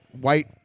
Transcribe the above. white